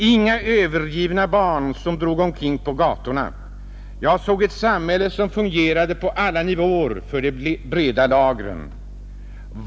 Inga övergivna barn, som drog omkring på gatorna. Jag såg ett samhälle som fungerade på alla nivåer för de breda lagren.